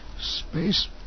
space